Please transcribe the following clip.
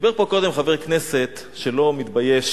דיבר פה קודם חבר כנסת שלא מתבייש